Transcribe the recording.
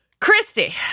Christy